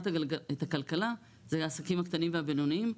את הכלכלה זה העסקים הקטנים והבינוניים,